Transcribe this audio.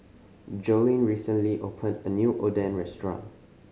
Joleen recently opened a new Oden restaurant